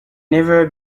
never